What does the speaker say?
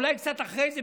אולי קצת אחרי זה,